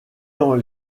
dans